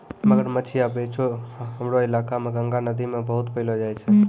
मगरमच्छ या बोचो हमरो इलाका मॅ गंगा नदी मॅ बहुत पैलो जाय छै